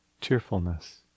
cheerfulness